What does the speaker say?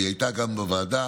והיא הייתה גם בוועדה.